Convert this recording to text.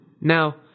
Now